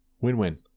Win-win